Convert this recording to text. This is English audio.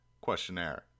questionnaire